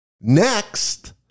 Next